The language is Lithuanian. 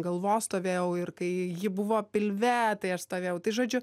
galvos stovėjau ir kai ji buvo pilve tai aš stovėjau tai žodžiu